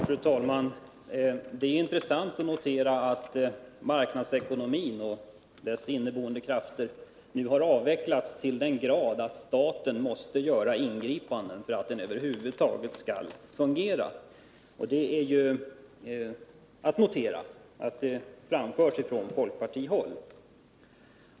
Fru talman! Det är intressant att notera att marknadsekonomin och dess inneboende krafter nu har avvecklats till den grad att staten måste göra ingripanden för att den över huvud taget skall fungera. Det är värt att noteras att det framförs från folkpartihåll.